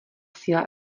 síla